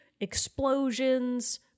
explosions